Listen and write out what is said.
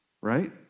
Right